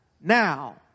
Now